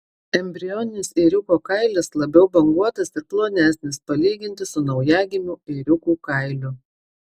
embrioninis ėriuko kailis labiau banguotas ir plonesnis palyginti su naujagimių ėriukų kailiu